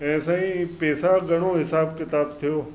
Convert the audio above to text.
ऐं साईं पैसा घणो हिसाबु किताबु थियो